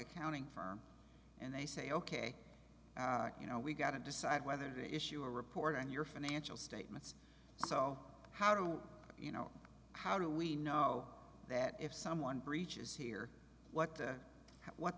accounting firm and they say ok you know we got to decide whether to issue a report on your financial statements so how do you know how do we know that if someone breaches here what that what